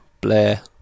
Blair